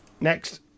next